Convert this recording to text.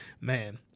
Man